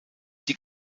die